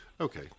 okay